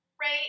right